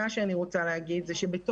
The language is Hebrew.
אני רוצה להגיד משהו חשוב: חלילה,